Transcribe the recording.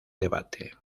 debate